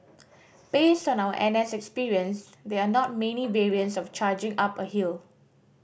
based on our N S experience there are not many variants of charging up a hill